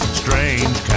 strange